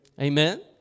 Amen